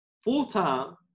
full-time